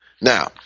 Now